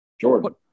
Jordan